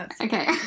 Okay